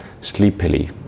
sleepily